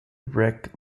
wreck